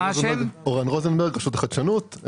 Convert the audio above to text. שלום, אני מרשות החדשנות.